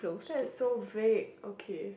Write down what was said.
that is so vague okay